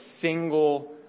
single